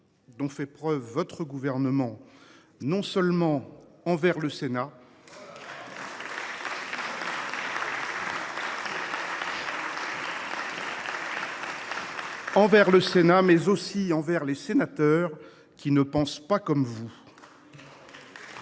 dont fait preuve votre gouvernement non seulement envers le Sénat, mais aussi envers les sénateurs qui ne pensent pas comme vous.